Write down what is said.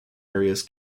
areas